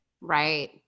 Right